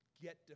get